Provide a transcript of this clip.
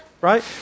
right